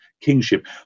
kingship